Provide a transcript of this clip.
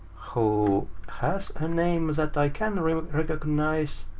who has a name that i can recognize,